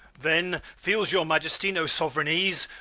then feels your majesty no sovereign ease,